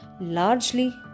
largely